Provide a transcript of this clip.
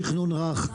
תכנון רך,